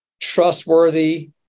trustworthy